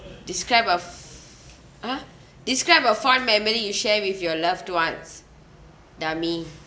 describe a f~ !huh! describe a fond memory you share with your loved ones dummy